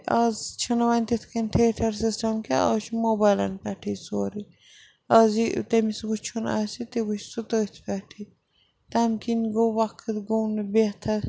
آز چھَنہٕ وۄنۍ تِتھ کٔنۍ تھیٹَر سِسٹَم کیٚنٛہہ آز چھُ موبایلَن پٮ۪ٹھٕے سورُے آز یہِ تٔمِس وٕچھُن آسہِ تہِ وٕچھ سُہ تٔتھۍ پٮ۪ٹھٕے تَمہِ کِنۍ گوٚو وقت گوٚو نہٕ بہتر